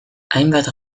hainbat